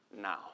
now